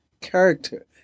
character